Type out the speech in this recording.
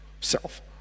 self